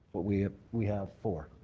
we we have four.